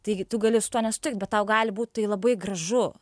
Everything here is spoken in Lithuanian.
taigi tu gali su tuo nesutikt bet tau gali būt labai gražu